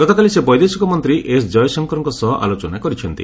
ଗତକାଲି ସେ ବୈଦେଶିକ ମନ୍ତ୍ରୀ ଏସ୍ ଜୟଶଙ୍କରଙ୍କ ସହ ଆଲୋଚନା କରିଛନ୍ତି